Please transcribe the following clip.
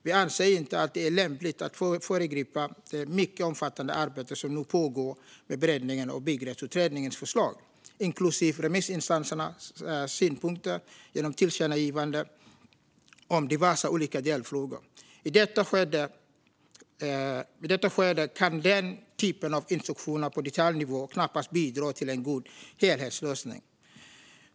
Vi anser inte att det är lämpligt att föregripa det mycket omfattande arbete som nu pågår med beredningen av Bygglovsutredningens förslag, inklusive remissinstansernas synpunkter, genom tillkännagivanden om diverse olika delfrågor. I detta skede kan den typen av instruktioner på detaljnivå knappast bidra till en god helhetslösning.